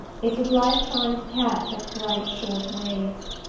it was like trying to catch at bright short waves.